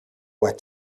what